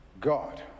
God